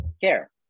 care